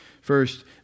First